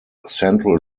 central